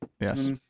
Yes